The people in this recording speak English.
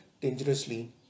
Dangerously